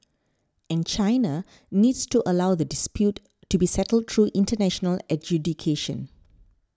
and China needs to allow the dispute to be settled through international adjudication